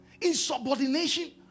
insubordination